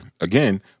again